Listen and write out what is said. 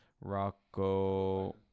Rocco